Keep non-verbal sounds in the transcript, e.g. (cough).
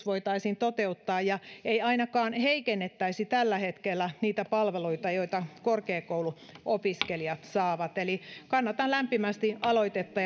(unintelligible) voitaisiin toteuttaa ja ettei ainakaan heikennettäisi niitä palveluita joita tällä hetkellä korkeakouluopiskelijat saavat eli kannatan lämpimästi aloitetta (unintelligible)